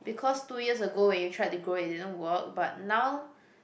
because two years ago when you try to grow it it didn't work but now